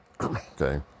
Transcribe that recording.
Okay